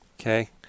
Okay